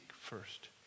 first